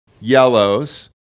yellows